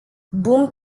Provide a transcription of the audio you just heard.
boom